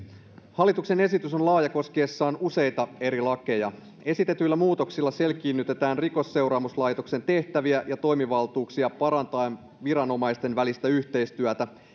hallituksen esitys on laaja koskiessaan useita eri lakeja esitetyillä muutoksilla selkiinnytetään rikosseuraamuslaitoksen tehtäviä ja toimivaltuuksia parantaen viranomaisten välistä yhteistyötä